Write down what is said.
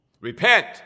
Repent